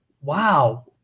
wow